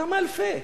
כמה אלפי?